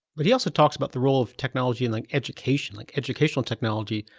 but he also talks about the role of technology and like, education, like educational technology,